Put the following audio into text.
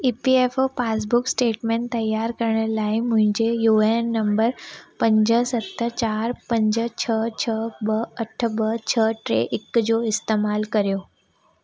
EPFO passbook statement त्यारु करण लाइ मुंहिंजे यूएएन नंबर पंज सत चारि पंज छह छह ॿ अठ ॿ छह टे हिक जो इस्तेमालु कयो